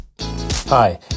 Hi